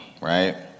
right